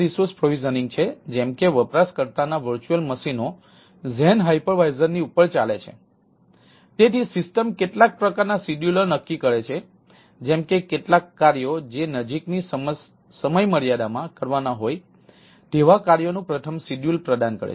VM provisioning નક્કી કરે છે જેમ કે કેટલાક કાર્યો જે નજીકની સમયમર્યાદામાં કરવાના હોય તેવા કાર્યોનુ પ્રથમ શિડ્યુલર પ્રદાન કરે છે